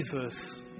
Jesus